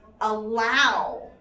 allow